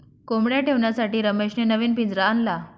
कोंबडया ठेवण्यासाठी रमेशने नवीन पिंजरा आणला